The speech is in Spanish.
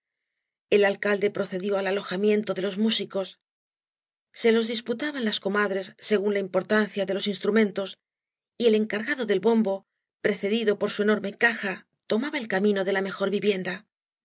el alcalde procedió al alojamiento de los músicos se los disputaban las comadres según la importancia de los instrumentos y el encargado del bombo precedido por su enorme caja tomaba el camino de la mejor vivienda